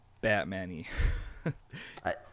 batman-y